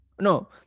no